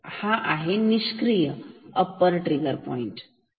हा आहे निष्क्रिय अप्पर ट्रिगर पॉईंट आहे